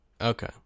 Okay